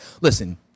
Listen